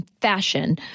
fashion